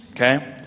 okay